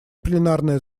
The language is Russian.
пленарное